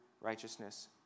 righteousness